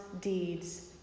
deeds